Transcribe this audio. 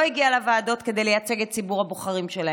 הגיעה לוועדות כדי לייצג את ציבור הבוחרים שלהם,